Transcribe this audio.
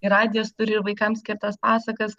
ir radijas turi ir vaikams skirtas pasakas